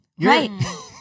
Right